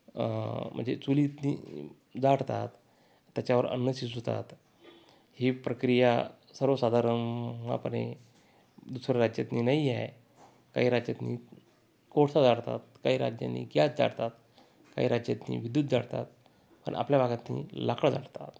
म्हणजे चुलीतनं जाळतात त्याच्यावर अन्न शिजवतात ही प्रक्रिया सर्वसाधारणापणे दुसऱ्या राज्यातणी नाहीये काही राज्यातनं कोळसा जाळतात काही राज्यांनी गॅस जाळतात काही राज्यांनी विद्युत जाळतात आपल्या भागातनं लाकड जाळतात